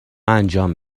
انجام